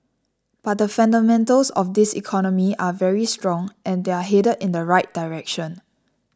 but the fundamentals of this economy are very strong and they're headed in the right direction